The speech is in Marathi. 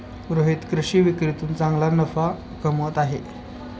रोहित कृषी विक्रीतून चांगला नफा कमवत आहे